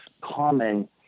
common